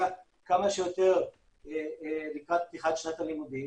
כמה שיותר לפני פתיחת שנת הלימודים.